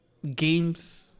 Games